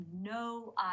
no